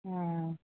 ହଁ